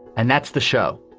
and that's the show.